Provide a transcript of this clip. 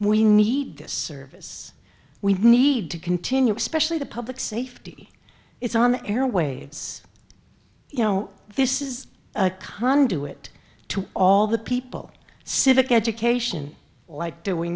we need service we need to continue especially the public safety it's on the airwaves you know this is a conduit to all the people civic education like do we